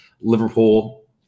Liverpool